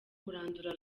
kurandura